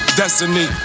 destiny